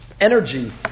energy